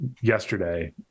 yesterday